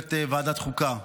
לצוות ועדת החוקה,